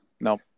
Nope